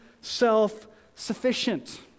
self-sufficient